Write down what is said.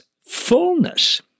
fullness